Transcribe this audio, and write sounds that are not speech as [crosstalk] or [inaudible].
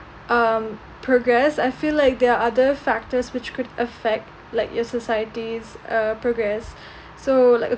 um progress I feel like there are other factors which could affect like your societies' uh progress [breath] so like